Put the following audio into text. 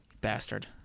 Bastard